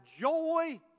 joy